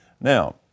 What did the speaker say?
Now